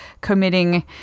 committing